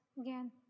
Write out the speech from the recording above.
again